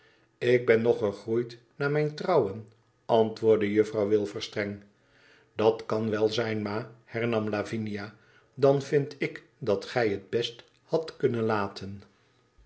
ik ben nog gegroeid na mijn trouwen antwoordde jufirouw wilfer streng dat kan wel zijn ma hernam lavinia dan vind ik dat gij het best hadt kunnen laten